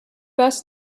best